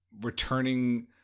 returning